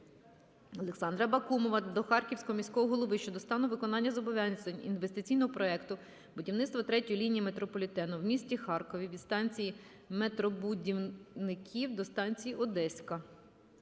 Олександра Бакумова до Харківського міського голови щодо стану виконання зобов'язань інвестиційного проекту "Будівництво третьої лінії метрополітену в місті Харкові від станції "Метробудівників" до станції "Одеська".